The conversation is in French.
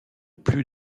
plus